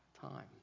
time